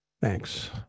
Thanks